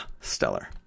Stellar